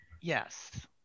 Yes